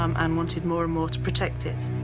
um and wanted more and more to protect it.